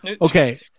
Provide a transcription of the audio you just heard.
okay